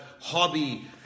hobby